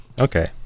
Okay